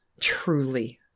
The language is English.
truly